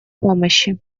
помощи